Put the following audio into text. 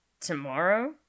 tomorrow